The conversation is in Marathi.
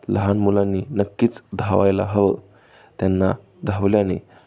लहान मुलांनी नक्कीच धावायला हवं त्यांना धावल्याने